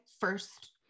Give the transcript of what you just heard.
first